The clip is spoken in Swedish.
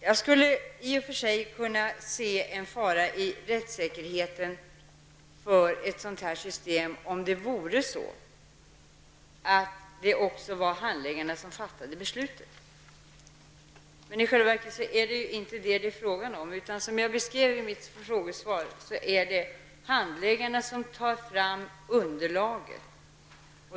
Jag skulle i och för sig kunna se en fara för rättssäkerheten i ett sådant system, om det vore så att det också var handläggarna som fattar besluten. Men i själva verket är det inte så. Som jag beskriver i frågesvaret är det handläggarna som tar fram underlaget.